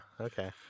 Okay